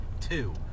Two